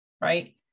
right